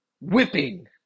whipping